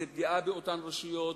היא פגיעה באותן רשויות,